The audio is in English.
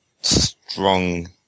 strong